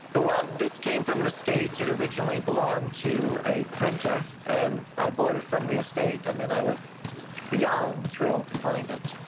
ah well, this came from an estate that originally belonged to a printer. and i bought it from the estate. i mean, i was beyond thrilled to find it.